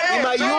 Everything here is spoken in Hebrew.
מה, הוא מפריע.